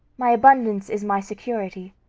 my abundance is my security.